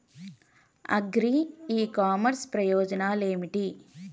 Agri e commerce ప్రయోజనాలు ఏమిటి?